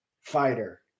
fighter